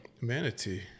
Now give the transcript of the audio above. Manatee